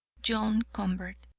john convert.